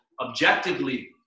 objectively